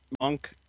Monk